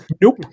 nope